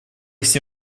все